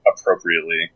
appropriately